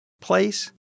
place